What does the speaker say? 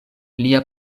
lia